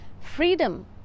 Freedom